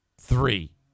three